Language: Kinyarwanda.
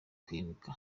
kwibuka